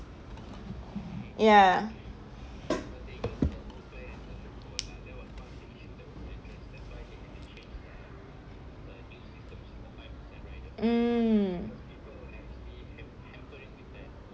ya um